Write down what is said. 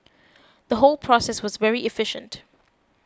the whole process was very efficient